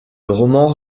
roman